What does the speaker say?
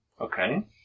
Okay